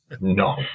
No